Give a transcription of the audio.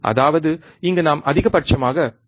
அதாவது இங்கு நாம் அதிகபட்சமாக 13